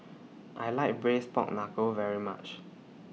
I like Braised Pork Knuckle very much